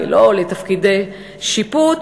ולא לתפקידי שיפוט.